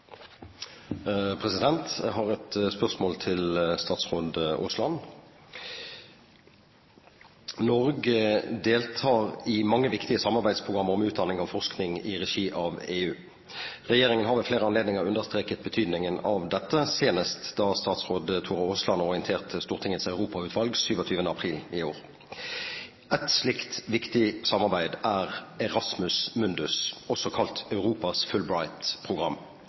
Jeg har et spørsmål til statsråd Aasland. Norge deltar i mange viktige samarbeidsprogrammer om utdanning og forskning i regi av EU. Regjeringen har ved flere anledninger understreket betydningen av dette, senest da statsråd Tora Aasland orienterte Europautvalget 27. april i år. Et slikt viktig samarbeid er Erasmus Mundus, også kalt Europas